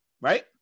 Right